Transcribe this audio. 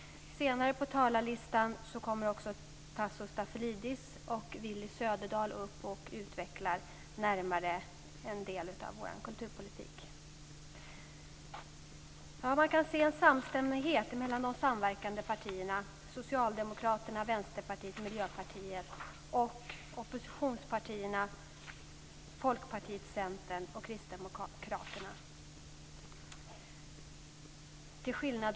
Senare på talarlistan är Tasso Stafilidis och Willy Söderdahl som kommer att närmare utveckla en del av vår kulturpolitik. Man kan se en samstämmighet mellan de samverkande partierna Socialdemokraterna, Vänsterpartiet och Miljöpartiet och oppositionspartierna Folkpartiet, Centern och Kristdemokraterna.